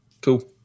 Two